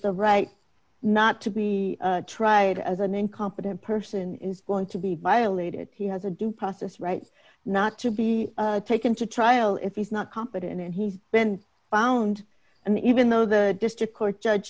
the right not to be tried as an incompetent person is going to be violated he has a due process rights not to be taken to trial if he's not competent and he's been found and even though the district court judge